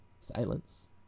silence